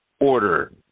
order